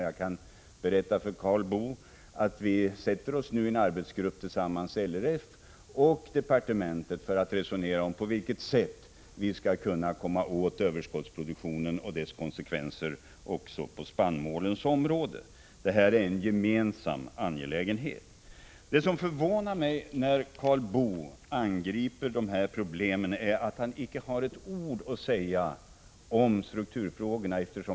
Jag kan berätta för Karl Boo att vi nu från departementet och LRF sätter oss i en arbetsgrupp för att resonera om på vilket sätt vi skall kunna komma åt överskottsproduktionen och dess konsekvenser också på spannmålsområdet. Det här är en gemensam angelägenhet. Det som förvånar mig när Karl Boo angriper dessa problem är att han inte har ett ord att säga om strukturfrågorna.